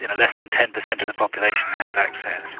and less than ten percent of the population has access.